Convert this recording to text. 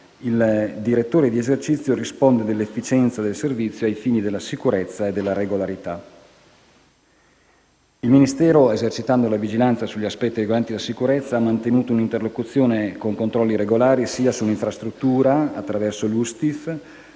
Il direttore di esercizio risponde dell'efficienza del servizio ai fini della sicurezza e della regolarità. Il Ministero, esercitando la vigilanza sugli aspetti riguardanti la sicurezza, ha mantenuto un'interlocuzione sia con controlli regolari sull'infrastruttura, attraverso l'ufficio